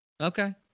Okay